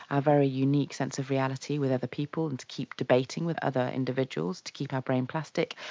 our very unique sense of reality with other people and to keep debating with other individuals to keep our brain plastic,